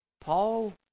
Paul